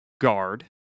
guard